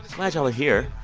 glad y'all are here.